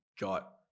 got